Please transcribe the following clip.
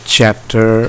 Chapter